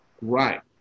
right